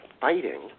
fighting